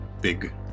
Big